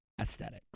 aesthetics